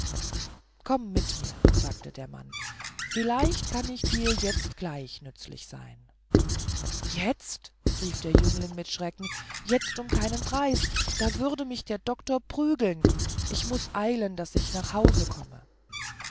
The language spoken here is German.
komm mit mir sagte der mann vielleicht kann ich dir jetzt gleich nützlich sein jetzt rief der jüngling mit schrecken jetzt um keinen preis da würde mich der doktor prügeln ich muß eilen daß ich nach hause komme